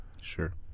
Sure